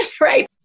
right